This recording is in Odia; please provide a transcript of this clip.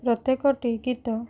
ପ୍ରତ୍ୟେକଟି ଗୀତ